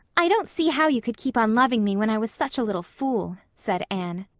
i don't see how you could keep on loving me when i was such a little fool, said anne.